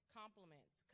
compliments